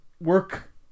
work